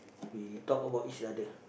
we talk about each other